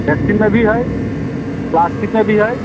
रेक्सिनमे भी हइ प्लास्टिकमे भी हइ